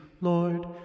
Lord